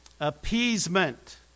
appeasement